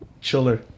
Chiller